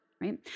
right